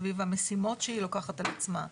סביב המשימות שהיא לוקחת על עצמה,